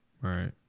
Right